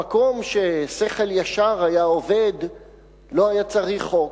במקום ששכל ישר היה עובד לא היה צריך חוק.